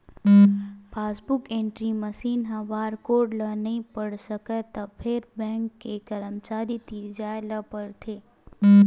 passbook entry machine ह barcode ल नइ पढ़ सकय त फेर बेंक के करमचारी तीर जाए ल परथे